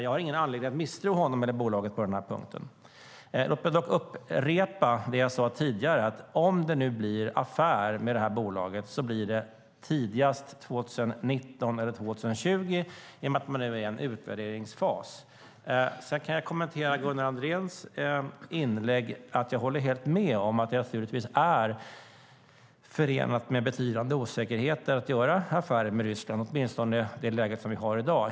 Jag har ingen anledning att misstro honom eller bolaget på den punkten. Låt mig dock upprepa det jag sade tidigare: Om det nu blir affär med detta bolag blir det tidigast 2019 eller 2020, i och med att man nu är i en utvärderingsfas. Sedan kan jag kommentera Gunnar Andréns inlägg med att jag helt håller med om att det naturligtvis är förenat med betydande osäkerheter att göra affärer med Ryssland, åtminstone i det läge som vi har i dag.